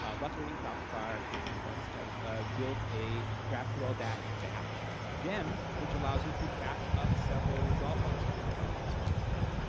ah luckily, shopifier, our canadian friends have ah built a graphql dash batch gem which allows you to batch up several resolve functions and run them as one thing.